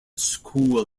school